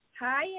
Hi